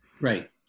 right